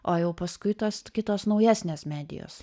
o jau paskui tos kitos naujesnės medijos